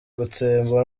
gutsemba